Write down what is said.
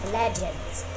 legends